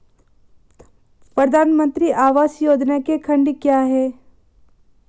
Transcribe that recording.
प्रधानमंत्री आवास योजना के खंड क्या हैं?